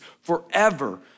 forever